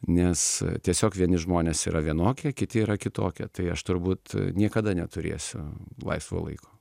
nes tiesiog vieni žmonės yra vienokie kiti yra kitokie tai aš turbūt niekada neturėsiu laisvo laiko